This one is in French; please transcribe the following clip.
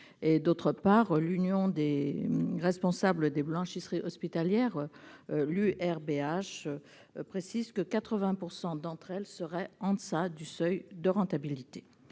En outre, l'Union des responsables de blanchisserie hospitalière (URBH) précise que 80 % d'entre elles seraient en deçà du seuil de rentabilité.